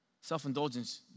Self-indulgence